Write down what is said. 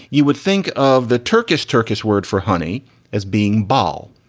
you would think of the turkish turkish word for honi as being bol.